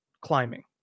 climbing